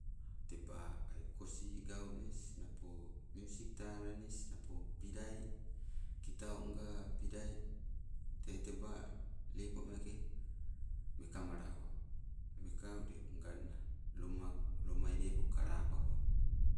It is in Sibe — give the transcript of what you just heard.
Teba ai kosii ganis, napo miusik talanis, napo pilai kitaunga pilai, teba lepo meeke mekamolako. Meka ule nganna loma, loma lepo kalapago.